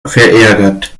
verärgert